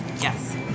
Yes